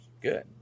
Good